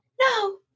No